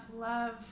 love